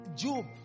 Job